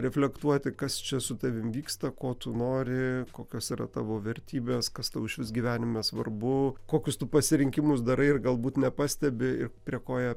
reflektuoti kas čia su tavimi vyksta ko tu nori kokios yra tavo vertybės kas tau išvis gyvenime svarbu kokius tu pasirinkimus darai ir galbūt nepastebi ir prie ko jie